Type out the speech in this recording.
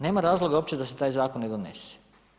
Nema razloga uopće da se taj zakon ne donese.